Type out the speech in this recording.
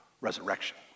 resurrection